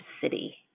city